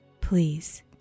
Please